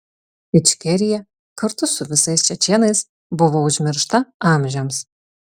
ičkerija kartu su visais čečėnais buvo užmiršta amžiams